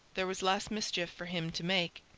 there was less mischief for him to make.